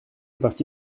parti